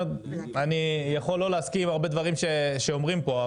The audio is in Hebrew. אני יכול לא להסכים עם הרבה דברים שאומרים פה,